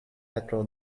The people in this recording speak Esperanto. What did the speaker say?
petro